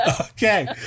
okay